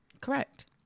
Correct